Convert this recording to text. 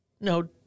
no